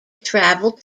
travelled